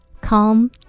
Come